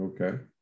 Okay